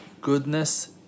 goodness